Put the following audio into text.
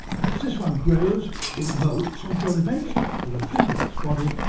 as this one grows it moults until eventually, with a flick of its body,